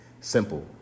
Simple